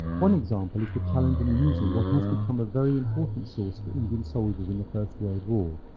one example is the challenge in using what has become a very important source for indian soldiers in the first world war,